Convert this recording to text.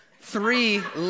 Three